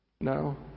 no